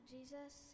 Jesus